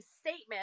statement